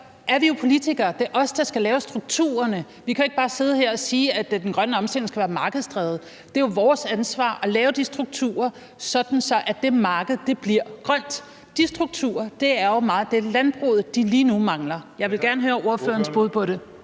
er vi jo politikere. Det er os, der skal laves strukturerne. Vi kan jo ikke bare sidde her og sige, at den grønne omstilling skal være markedsdrevet. Det er jo vores ansvar at lave de strukturer, sådan at det marked bliver grønt. De strukturer er jo meget det, som landbruget lige nu mangler. Jeg vil gerne høre ordførerens bud på det.